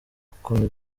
gukomeza